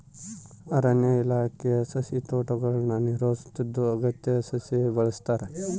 ಅರಣ್ಯ ಇಲಾಖೆ ಸಸಿತೋಟಗುಳ್ನ ನಿರ್ವಹಿಸುತ್ತಿದ್ದು ಅಗತ್ಯ ಸಸಿ ಬೆಳೆಸ್ತಾರ